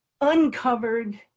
uncovered